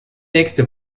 nächste